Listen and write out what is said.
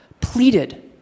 pleaded